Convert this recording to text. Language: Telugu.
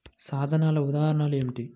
సాధనాల ఉదాహరణలు ఏమిటీ?